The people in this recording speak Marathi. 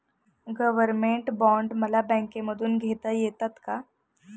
गव्हर्नमेंट बॉण्ड मला बँकेमधून घेता येतात का?